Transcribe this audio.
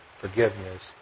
forgiveness